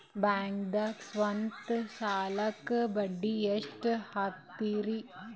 ಬ್ಯಾಂಕ್ದಾಗ ಸ್ವಂತ ಸಾಲಕ್ಕೆ ಬಡ್ಡಿ ಎಷ್ಟ್ ಹಕ್ತಾರಿ?